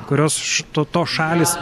kurios što tos šalys